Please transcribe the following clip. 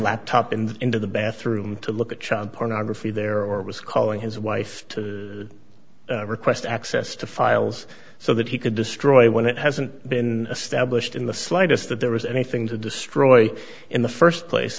laptop and into the bathroom to look at child pornography there or was calling his wife to request access to files so that he could destroy it when it hasn't been established in the slightest that there was anything to destroy in the st place